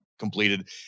completed